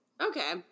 Okay